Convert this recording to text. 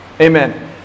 Amen